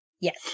Yes